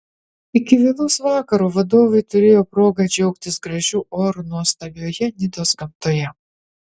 iki vėlaus vakaro vadovai turėjo progą džiaugtis gražiu oru nuostabioje nidos gamtoje